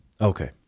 Okay